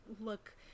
look